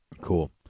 Cool